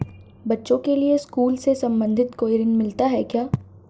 बच्चों के लिए स्कूल से संबंधित कोई ऋण मिलता है क्या?